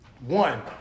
One